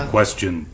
Question